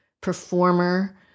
performer